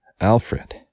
alfred